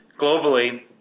Globally